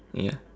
ya